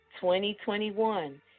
2021